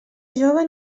jove